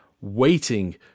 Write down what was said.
waiting